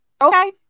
Okay